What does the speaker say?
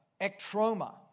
ectroma